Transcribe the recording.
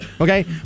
Okay